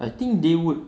I think they would